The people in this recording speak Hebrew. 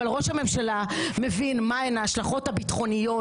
אבל ראש הממשלה מבין מה הן ההשלכות הביטחוניות